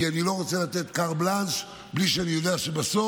כי אני לא רוצה לתת קרט בלנש בלי שאני יודע שבסוף